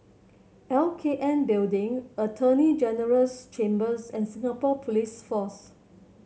L K N Building Attorney General's Chambers and Singapore Police Force